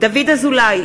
דוד אזולאי,